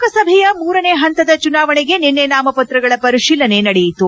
ಲೋಕಸಭೆಯ ಮೂರನೆ ಪಂತದ ಚುನಾವಣೆಗೆ ನಿನ್ನೆ ನಾಮಪ್ರಗಳ ಪರಿಶೀಲನೆ ನಡೆಯಿತು